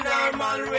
Normal